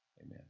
Amen